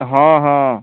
ହଁ ହଁ